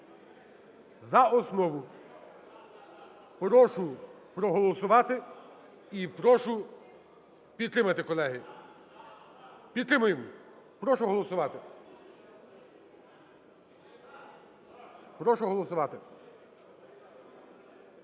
За основу прошу проголосувати і прошу підтримати, колеги. Підтримуємо, прошу голосувати. Прошу голосувати.